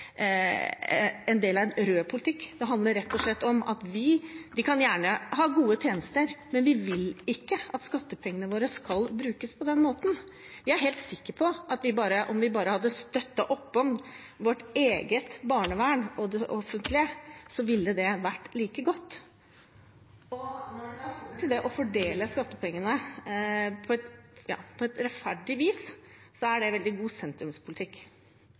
en del av en rød politikk. De kan gjerne ha gode tjenester, men vi vil ikke at skattepengene våre skal brukes på den måten. Jeg er helt sikker på at om vi bare hadde støttet opp om vårt eget barnevern og det offentlige, ville det vært like godt. Når det så kommer til det å fordele skattepengene på rettferdig vis, er det veldig god sentrumspolitikk.